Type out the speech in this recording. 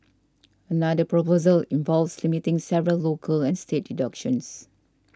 another proposal involves limiting several local and state deductions